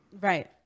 Right